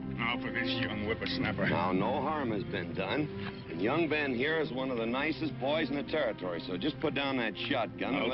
for this young whippersnapper! now, no harm has been done, and young ben here is one of the nicest boys in the territory. so just put down that shotgun,